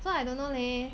so I don't know leh